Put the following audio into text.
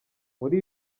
muri